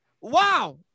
Wow